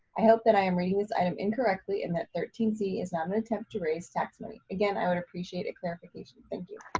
i hope that i am reading this item incorrectly and that item thirteen c is not an attempt to raise tax money. again, i would appreciate a clarification, thank you.